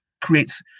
creates